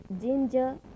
ginger